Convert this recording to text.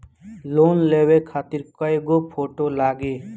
Loan लेवे खातिर कै गो फोटो लागी?